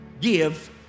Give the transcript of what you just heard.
give